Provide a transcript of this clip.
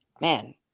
Man